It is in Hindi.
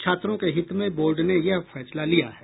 छात्रों के हित में बोर्ड ने यह फैसला लिया है